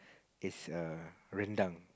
this a rendang